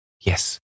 Yes